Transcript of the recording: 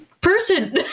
person